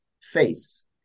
face